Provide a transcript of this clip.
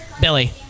Billy